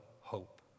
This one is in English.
hope